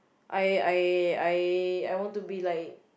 I I I I want to be like